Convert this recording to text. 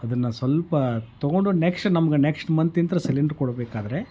ಅದನ್ನು ಸ್ವಲ್ಪ ತೊಗೊಂಡು ನೆಕ್ಸ್ಟ್ ನಮ್ಗೆ ನೆಕ್ಸ್ಟ್ ಮಂತಿಂದ ಸಿಲಿಂಡ್ರ್ ಕೊಡಬೇಕಾದ್ರೆ